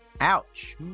Ouch